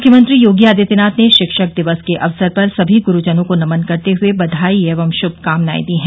मुख्यमंत्री योगी आदित्यनाथ ने शिक्षक दिवस के अवसर पर सभी गुरूजनों को नमन करते हुए बधाई एवं शुभकामनाएं दी है